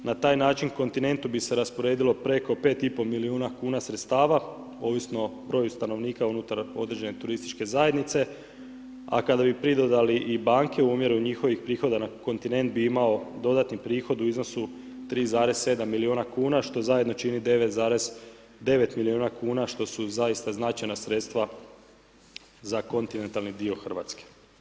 Na taj način kontinentu bi se rasporedilo preko 5,5 milijuna kuna sredstava ovisno o broju stanovnika unutar određene TZ a kada bi pridodali i banke u omjeru njihovih prihoda kontinent bi imao dodatni prihod u iznosu 3,7 milijuna kuna što zajedno čini 9,9 milijuna kuna što su zaista značajna sredstva za kontinentalni dio Hrvatske.